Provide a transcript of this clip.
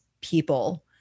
people